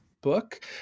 book